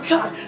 God